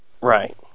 Right